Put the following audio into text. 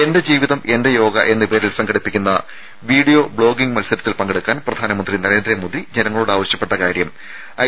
എന്റെ ജീവിതം എന്റെ യോഗ എന്ന പേരിൽ സംഘടിപ്പിക്കുന്ന വീഡിയോ ബ്ലോഗിംഗ് മത്സരത്തിൽ പങ്കെടുക്കാൻ പ്രധാനമന്ത്രി നരേന്ദ്രമോദി ജനങ്ങളോട് ആവശ്യപ്പെട്ട കാര്യം ഐ